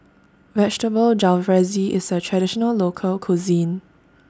Vegetable Jalfrezi IS A Traditional Local Cuisine